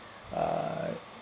err